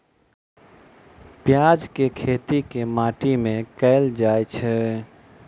प्याज केँ खेती केँ माटि मे कैल जाएँ छैय?